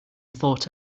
thought